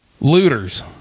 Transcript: Looters